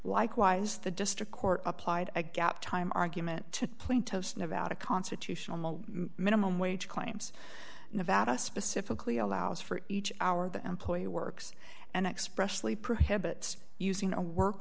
likewise the district court applied a gap time argument to plaintiffs nevada constitutional minimum wage claims nevada specifically allows for each hour the employer works and expressly prohibits using a work